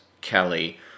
Kelly